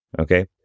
okay